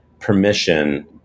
permission